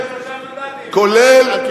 שלושה מנדטים, בגלל,